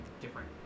different